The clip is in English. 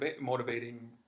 motivating